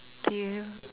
do you